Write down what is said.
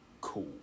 Cool